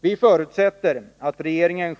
Vi förutsätter att regeringen